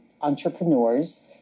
entrepreneurs